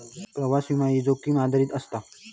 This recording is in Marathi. प्रवास विमो, जोखीम आधारित असता